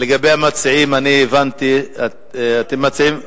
לגבי המציעים, הבנתי שאתם מציעים,